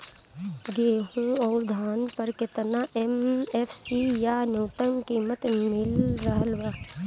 गेहूं अउर धान पर केतना एम.एफ.सी या न्यूनतम कीमत मिल रहल बा?